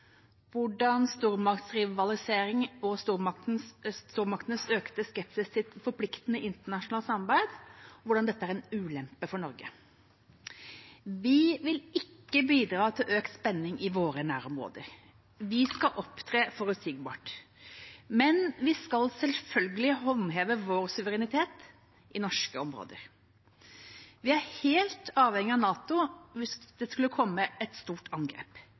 hvordan stormaktsrivalisering og stormaktenes økte skepsis til et forpliktende internasjonalt samarbeid er en ulempe for Norge. Vi vil ikke bidra til økt spenning i våre nærområder. Vi skal opptre forutsigbart. Men vi skal selvfølgelig håndheve vår suverenitet i norske områder. Vi er helt avhengig av NATO hvis det skulle komme et stort angrep,